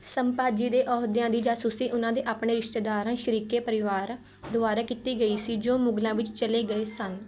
ਸੰਭਾ ਜੀ ਦੇ ਅਹੁਦਿਆਂ ਦੀ ਜਾਸੂਸੀ ਉਨ੍ਹਾਂ ਦੇ ਆਪਣੇ ਰਿਸ਼ਤੇਦਾਰਾਂ ਸ਼ਰੀਕੇ ਪਰਿਵਾਰ ਦੁਆਰਾ ਕੀਤੀ ਗਈ ਸੀ ਜੋ ਮੁਗਲਾਂ ਵਿੱਚ ਚਲੇ ਗਏ ਸਨ